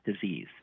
disease